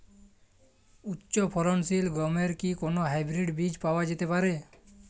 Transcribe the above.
উচ্চ ফলনশীল গমের কি কোন হাইব্রীড বীজ পাওয়া যেতে পারে?